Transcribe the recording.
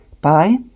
Bye